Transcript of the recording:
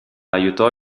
aiutò